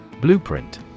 Blueprint